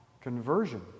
conversion